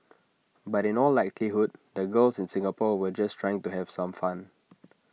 but in all likelihood the girls in Singapore were just trying to have some fun